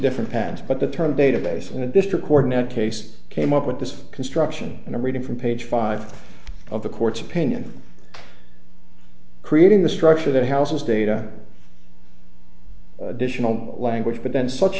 different paths but the term database in a district court case came up with this construction and i'm reading from page five of the court's opinion creating the structure that houses data additional language but then such